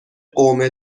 قوم